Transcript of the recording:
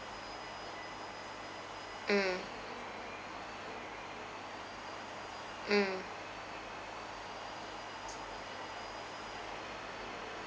mm mm